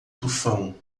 tufão